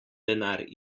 denar